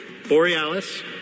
Borealis